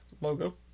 logo